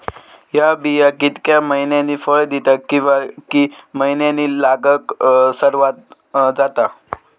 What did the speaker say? हया बिया कितक्या मैन्यानी फळ दिता कीवा की मैन्यानी लागाक सर्वात जाता?